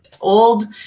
old